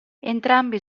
entrambi